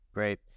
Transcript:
Great